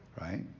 right